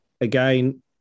Again